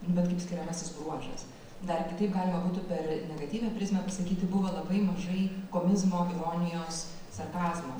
bet kaip skiriamasis bruožas dar kitaip galima būtų per negatyvią prizmę pasakyti buvo labai mažai komizmo ironijos sarkazmo